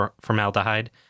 formaldehyde